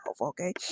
okay